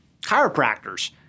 chiropractors